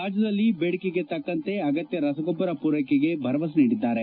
ರಾಜ್ಞದಲ್ಲಿ ಬೇಡಿಕೆಗೆ ತಕ್ಕಂತೆ ಅಗತ್ತ ರಸಗೊಬ್ಬರ ಪೂರೈಕೆಗೆ ಭರವಸೆ ನೀಡಿದ್ದಾರೆ